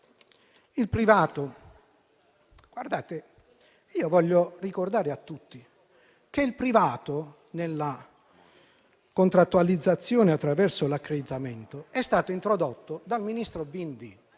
intellettuale. Io voglio ricordare a tutti che il privato nella contrattualizzazione attraverso l'accreditamento è stato introdotto dal ministro Bindi.